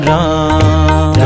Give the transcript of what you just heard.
Ram